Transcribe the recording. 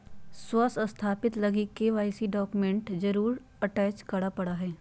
स्व सत्यापित लगी के.वाई.सी डॉक्यूमेंट जरुर अटेच कराय परा हइ